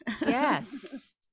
Yes